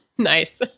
Nice